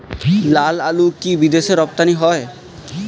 লালআলু কি বিদেশে রপ্তানি হয়?